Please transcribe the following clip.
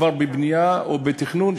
כבר בבנייה או בתכנון,